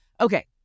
Okay